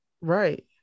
Right